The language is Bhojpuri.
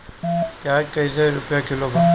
प्याज कइसे रुपया किलो बा?